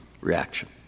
reaction